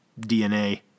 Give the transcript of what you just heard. DNA